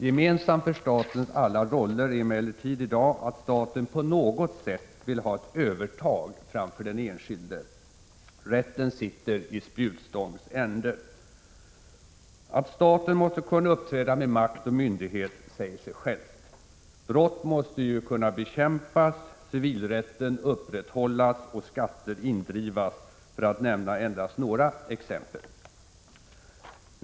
Gemensamt för statens alla roller är emellertid i dag, att staten på något sätt vill ha ett övertag framför den enskilde. Rätten sitter i spjutstångs ände. Att staten måste kunna uppträda med makt och myndighet säger sig självt. Brott måste ju kunna bekämpas, civilrätten upprätthållas och skatter indrivas — för att nämna endast några exempel.